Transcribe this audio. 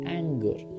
anger